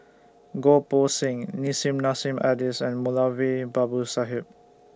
Goh Poh Seng Nissim Nassim Adis and Moulavi Babu Sahib